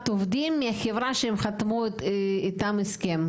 עובדים מחברת הניקיון שהם חתמו איתה הסכם.